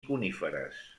coníferes